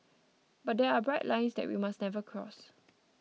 but there are bright lines that we must never cross